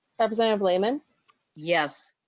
representative lehmann yes.